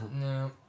No